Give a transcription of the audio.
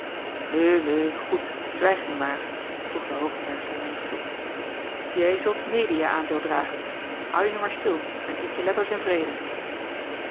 goed zwijg nu maar voegde hoogenberg zijn neef toe je zult mede je aandeel dragen hou je nu maar stil en eet je letters in vrede